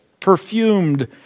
perfumed